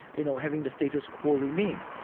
you know having the status quo remain.